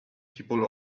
people